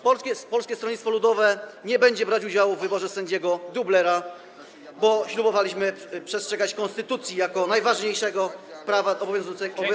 Polskie Stronnictwo Ludowe nie będzie brać udziału w wyborze sędziego dublera, bo ślubowaliśmy przestrzegać konstytucji jako najważniejszego prawa obowiązującego w.